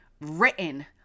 written